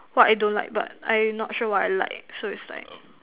what I don't like but I not sure what I like so is like